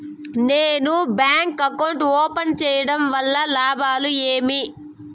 నేను bank account open సేయడం వల్ల లాభాలు ఏమేమి?